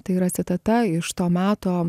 tai yra citata iš to meto